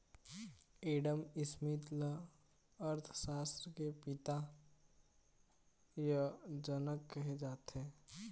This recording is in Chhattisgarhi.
एडम स्मिथ ल अर्थसास्त्र के पिता य जनक कहे जाथे